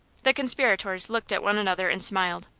the conspirators looked at one another and smiled,